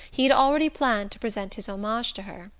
he had already planned to present his homage to her.